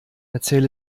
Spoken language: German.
erzähl